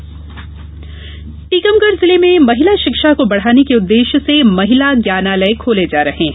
महिला ज्ञानालय टीकमगढ़ जिले में महिला शिक्षा को बढाने के उद्देश्य से महिला ज्ञानालय खोले जा रहे है